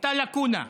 הייתה לקונה.